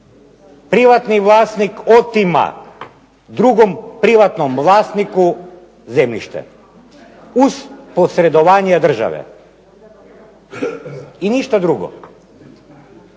privatni vlasnik otima drugom privatnom vlasniku zemljište, uz posredovanje države i ništa drugo.